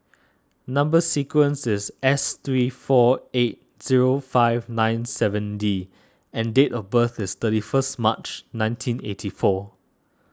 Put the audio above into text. Number Sequence is S three four eight zero five nine seven D and date of birth is thirty first March nineteen eighty four